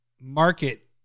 market